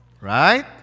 right